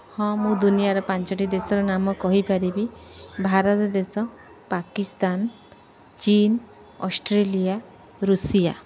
ହଁ ମୁଁ ଦୁନିଆର ପାଞ୍ଚଟି ଦେଶର ନାମ କହିପାରିବି ଭାରତ ଦେଶ ପାକିସ୍ତାନ ଚୀନ ଅଷ୍ଟ୍ରେଲିଆ ଋଷିଆ